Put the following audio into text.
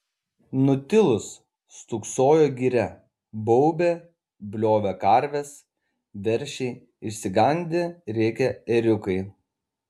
nutilus stūksojo giria baubė bliovė karvės veršiai išsigandę rėkė ėriukai